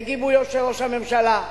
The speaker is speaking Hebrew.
בגיבויו של ראש הממשלה.